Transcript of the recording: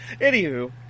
Anywho